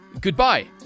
goodbye